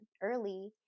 early